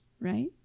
right